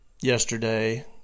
yesterday